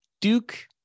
Duke